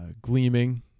gleaming